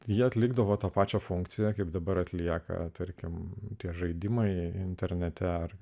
ji atlikdavo tą pačią funkciją kaip dabar atlieka tarkim tie žaidimai internete ar